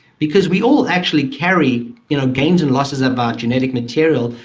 because we all actually carry you know gains and losses of our genetic material,